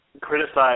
criticized